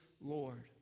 Lord